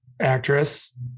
actress